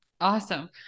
Awesome